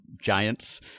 Giants